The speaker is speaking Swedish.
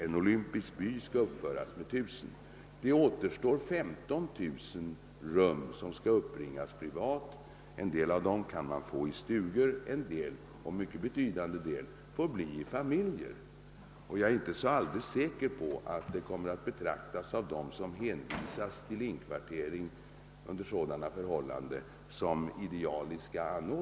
En olympisk by på 1000 rum skulle också uppföras. Då återstår 15 000 rum, vilka skall uppbringas privat. En del av dem kan man få i stugor, men en betydande del av inkvarteringen måste ske i familjer. Jag är inte säker på att de som hänvisas till sådan inkvartering kommer att betrakta förhållandena som idealiska.